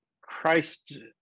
Christ